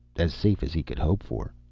as safe as he could hope for.